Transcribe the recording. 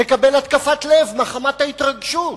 נקבל התקף לב מחמת ההתרגשות.